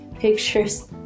pictures